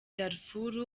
darfur